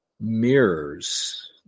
mirrors